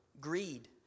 greed